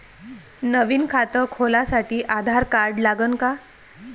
नवीन खात खोलासाठी आधार कार्ड लागन का?